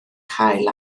cael